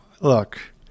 look